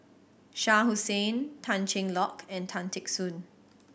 Shah Hussain Tan Cheng Lock and Tan Teck Soon